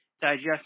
digest